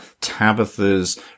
tabitha's